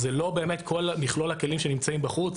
אז זה לא באמת כל מכלול הכלים שנמצאים בחוץ,